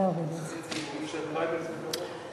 חבל על הזמן.